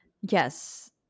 Yes